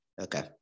Okay